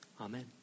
Amen